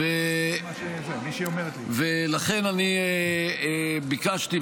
ולכן אני ביקשתי,